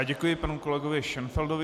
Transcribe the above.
Děkuji panu kolegovi Šenfeldovi.